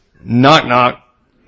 Knock-knock